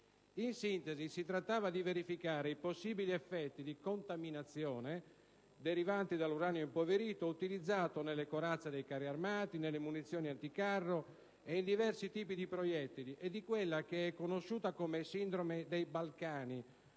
In sintesi, si trattava di verificare i possibili effetti di contaminazione derivanti dall'uranio impoverito, utilizzato nelle corazze dei carri armati, nelle munizioni anticarro e in diversi tipi di proiettili, e di quella che è conosciuta come «sindrome dei Balcani»,